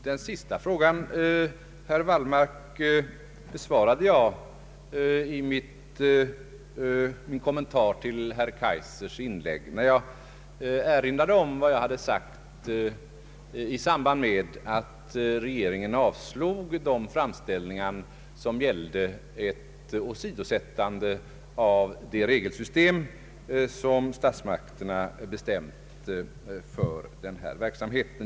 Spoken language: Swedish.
Den sista frågan, herr Wallmark, besvarade jag i min kommentar till herr Kaijsers inlägg, när jag erinrade om vad jag hade sagt i samband med att regeringen avslog de framställningar som gällde ett åsidosättande av det regelsystem som statsmakterna bestämt för den här verksamheten.